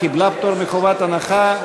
קיבלה פטור מחובת הנחה,